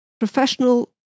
professional